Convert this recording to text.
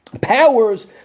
powers